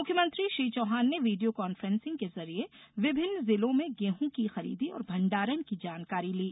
मुख्यमंत्री श्री चौहान ने video conferencing के जरिये विभिन्न जिलों में गेहूं की खरीदी और भण्डारण की जानकारी ली